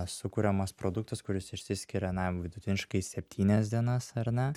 sukuriamas produktas kuris išsiskiria na vidutiniškai septynias dienas ar ne